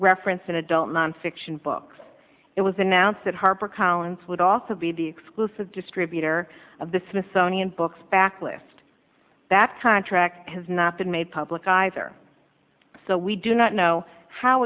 reference in adult nonfiction books it was announced that harper collins would also be the exclusive distributor of the smithsonian books backlist that contract has not been made public either so we do not know how